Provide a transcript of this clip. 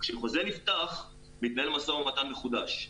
וכשחוזה נפתח, מתנהל משא ומתן מחודש.